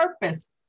purpose